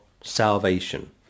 salvation